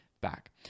Back